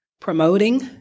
promoting